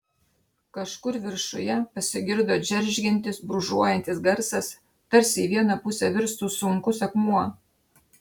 kažkur viršuje pasigirdo džeržgiantis brūžuojantis garsas tarsi į vieną pusę virstų sunkus akmuo